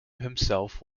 himself